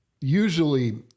Usually